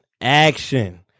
Action